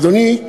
אדוני,